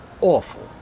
awful